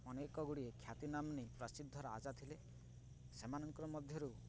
ଅନେକ ଗୁଡ଼ିଏ ଖ୍ୟାତି ନାମ ନେଇ ପ୍ରସିଦ୍ଧର ଆଜା ଥିଲେ ସେମାନଙ୍କର ମଧ୍ୟରୁ